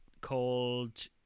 called